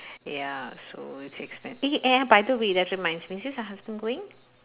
ya so it's expen~ eh and by the way that reminds me is your husband going